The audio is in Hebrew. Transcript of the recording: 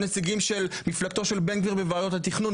נציגים של מפלגתו של בן גביר בוועדות התכנון,